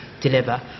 deliver